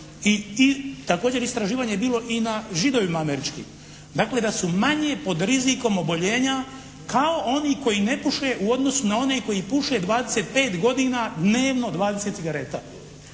I također istraživanje je bilo i na Židovima američkim. Dakle, da su manje pod rizikom oboljenja kao oni koji ne puše u odnosu na one koji puše 25 godina dnevno 20 cigareta.